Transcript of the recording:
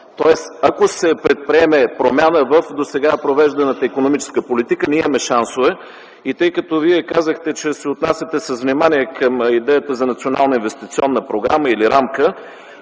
Тоест ако се предприеме промяна в досега провежданата икономическа политика, ние имаме шансове. Тъй като Вие казахте, че се отнасяте с внимание към идеята за Национална инвестиционна програма или рамка,